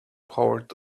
poured